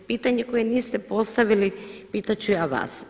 Pitanje koje niste postavili pitat ću ja vas.